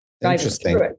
Interesting